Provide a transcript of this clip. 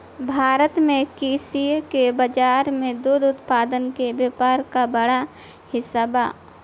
भारत में कृषि के बाजार में दुग्ध उत्पादन के व्यापार क बड़ा हिस्सा बा